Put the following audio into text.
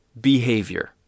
behavior